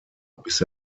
bis